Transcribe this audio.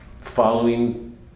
following